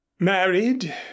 Married